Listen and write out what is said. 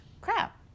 crap